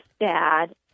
dad